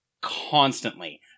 constantly